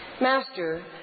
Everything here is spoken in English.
Master